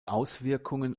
auswirkungen